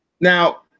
Now